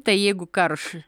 tai jeigu karš